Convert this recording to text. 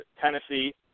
Tennessee